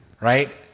right